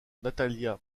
natalia